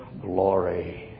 glory